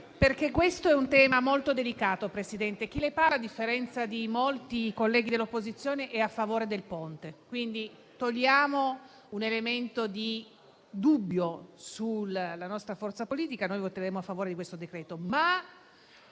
perché tratta un tema molto delicato, Presidente. Chi le parla - a differenza di molti colleghi dell'opposizione - è a favore del Ponte, per cui togliamo un elemento di dubbio sulla nostra forza politica: voteremo a favore di questo provvedimento.